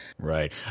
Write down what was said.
right